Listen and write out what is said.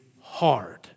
hard